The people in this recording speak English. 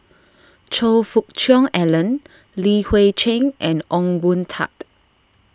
Choe Fook Cheong Alan Li Hui Cheng and Ong Boon Tat